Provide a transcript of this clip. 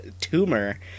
tumor